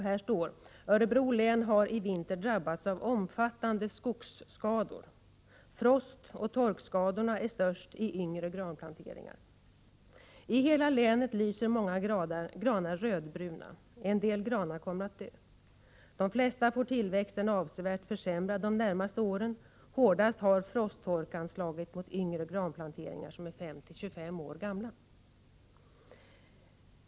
Där står: ”Örebro län har i vinter drabbats av omfattande skogsskador. Frostoch torkskadorna är störst i yngre granplanteringar. I hela länet lyser många granar rödbruna. En del granar kommer att dö. De flesta får tillväxten avsevärt försämrad de närmaste åren. Hårdast har frosttorkan slagit mot yngre granplanteringar som är 5-25 år gamla.